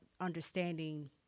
understanding